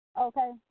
Okay